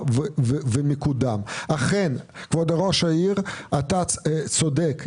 אכן אתה צודק,